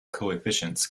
coefficients